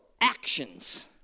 actions